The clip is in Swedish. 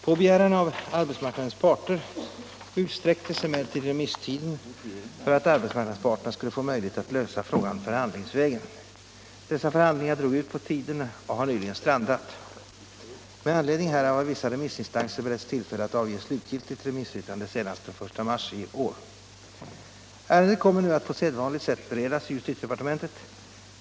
På begäran av arbetsmarknadens parter utsträcktes emellertid remisstiden för att arbetsmarknadsparterna skulle få möjlighet att lösa frågan förhandlingsvägen. Dessa förhandlingar drog ut på tiden och har nyligen strandat. Med anledning härav har vissa remissinstanser beretts tillfälle att avge slutgiltigt remissyttrande senast den 1 mars i år. Ärendet kommer nu att på sedvanligt sätt beredas i justitiedepartementet.